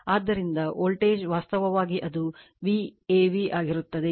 ಆದ್ದರಿಂದ ವೋಲ್ಟೇಜ್ ವಾಸ್ತವವಾಗಿ ಅದು V a v ಆಗಿರುತ್ತದೆ